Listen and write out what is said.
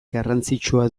garrantzitsua